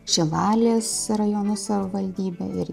šilalės rajono savivaldybė ir